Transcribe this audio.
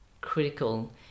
critical